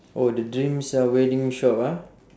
oh the dreams uh wedding shop ah